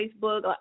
Facebook